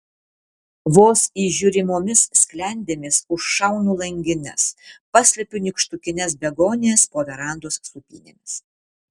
vos įžiūrimomis sklendėmis užšaunu langines paslepiu nykštukines begonijas po verandos sūpynėmis